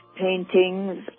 paintings